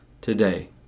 today